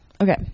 Okay